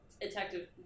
Detective